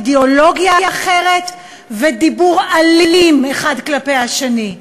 אידיאולוגיה אחרת לדיבור אלים האחד כלפי השני,